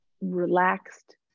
relaxed